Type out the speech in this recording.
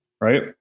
right